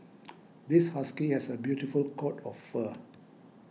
this husky has a beautiful coat of fur